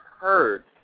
heard